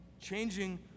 Changing